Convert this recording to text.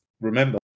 remember